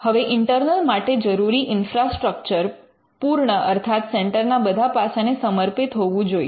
હવે ઇન્ટર્નલ માટે જરૂરી ઇન્ફ્રસ્ટ્રક્ચર પૂર્ણ અર્થાત સેન્ટરના બધા પાસાને સમર્પિત હોવું જોઈએ